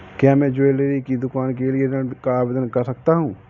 क्या मैं ज्वैलरी की दुकान के लिए ऋण का आवेदन कर सकता हूँ?